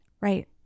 Right